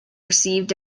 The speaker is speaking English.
received